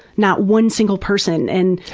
not one single person and,